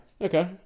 Okay